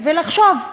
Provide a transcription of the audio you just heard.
ולחשוב,